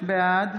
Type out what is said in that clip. בעד